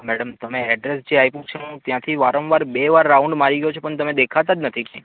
madam તમે address જે આપ્યું છે ત્યાંથી વારંવાર બે વાર રાઉન્ડ મારી ગયો છું પણ તમે દેખાતાં જ નથી